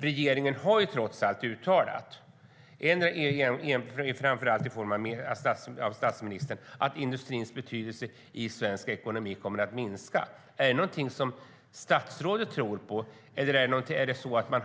Regeringen har trots allt uttalat, framför allt statsministern, att industrins betydelse i svensk ekonomi kommer att minska. Är det någonting som statsrådet tror på, eller